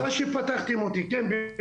בהרבה תוכניות להרחבה,